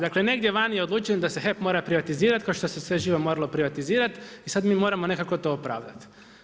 Dakle, negdje vani je odlučeno da se HEP mora privatizirati kao što se sve živo moralo privatizirati i sada mi moramo nekako to opravdati.